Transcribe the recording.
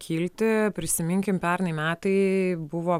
kilti prisiminkim pernai metai buvo